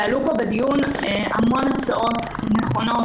עלו פה בדיון המון הצעות נכונות,